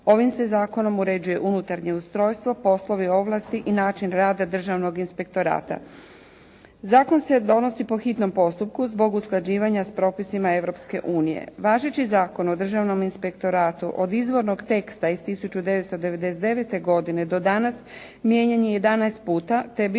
"Ovim se zakonom uređuje unutarnje ustrojstvo, poslovi, ovlasti i način rada Državnog inspektorata." Zakon se donosi po hitno postupku zbog usklađivanja s propisima Europske unije. Važeći zakon o Državnom inspektoratu od izvornog teksta iz 1999. godine do danas mijenjan je 11 puta te je